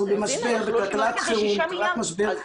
אנחנו במשבר, בכלכלת חירום, בכלכלת משבר.